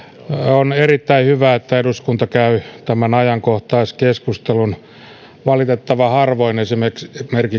on erittäin hyvä että eduskunta käy tämän ajankohtaiskeskustelun valitettavan harvoin esimerkiksi